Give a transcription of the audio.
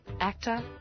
actor